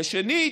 שנית,